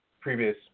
previous